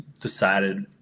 decided